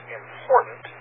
important